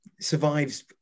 survives